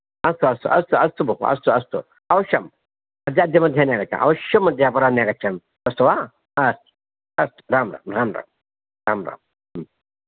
अस्तु अस्तु अस्तु अस्तु भोः अस्तु अस्तु अवश्यं अद्य अद्य मध्याह्ने आगच्छामि अवश्यं अद्य अपराह्णे आगच्छामि अस्तु वा अस्तु राम् राम् राम् राम् राम् राम्